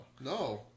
No